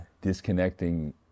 disconnecting